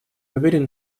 уверен